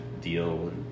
deal